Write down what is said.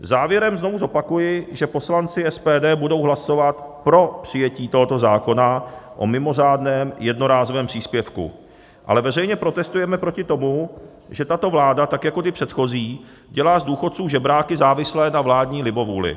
Závěrem znovu zopakuji, že poslanci SPD budou hlasovat pro přijetí tohoto zákona o mimořádném jednorázovém příspěvku, ale veřejně protestujeme proti tomu, že tato vláda, tak jako ty předchozí, dělá z důchodců žebráky závislé na vládní libovůli.